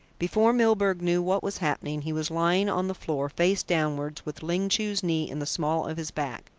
before milburgh knew what was happening, he was lying on the floor, face downwards, with ling chu's knee in the small of his back.